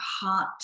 heart